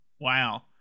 Wow